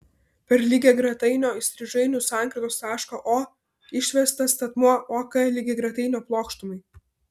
per lygiagretainio įstrižainių sankirtos tašką o išvestas statmuo ok lygiagretainio plokštumai